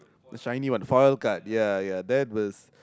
the shiny one veil card ya ya that was